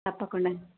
తప్పకుండా